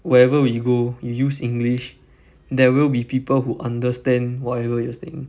wherever we go you use english there will be people who understand whatever you're saying